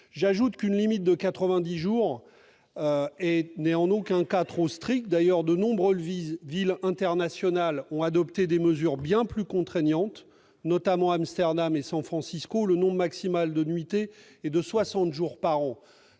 J'ajoute qu'une limite de 90 jours n'est en aucun cas trop stricte. D'ailleurs, de nombreuses villes internationales ont adopté des mesures bien plus contraignantes, notamment à Amsterdam et San Francisco, où le nombre maximal de nuitées est de 60 jours par an.